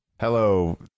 Hello